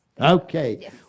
Okay